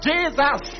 Jesus